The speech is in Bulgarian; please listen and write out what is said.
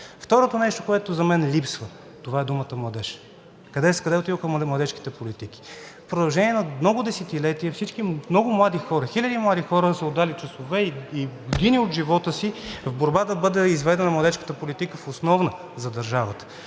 Второто нещо, което за мен липсва, това е думата „младеж“. Къде отидоха младежките политики? В продължение на много десетилетия хиляди млади хора са отдали часове и години от живота си в борба да бъде изведена младежката политика в основна за държавата,